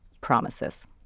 promises